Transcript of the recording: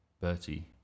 Bertie